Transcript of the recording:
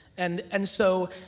and and so,